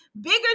bigger